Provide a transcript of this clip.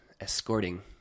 escorting